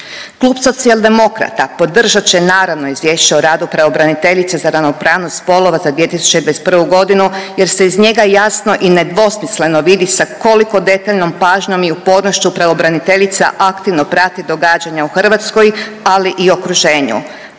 Klub Socijaldemokrata podržat će naravno Izvješće o radu pravobraniteljice za ravnopravnost spolova za 2021.g. jer se iz njega jasno i nedvosmisleno vidi sa koliko detaljnom pažnjom i upornošću pravobraniteljica aktivno prati događanja u Hrvatskoj, ali i u okruženju,